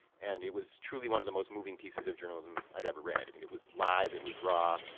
and it was truly one of the most moving pieces of journalism i'd ever read. i mean it was live, it was raw,